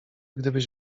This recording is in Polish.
gdybyś